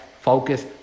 focus